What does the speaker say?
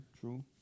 true